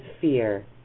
fear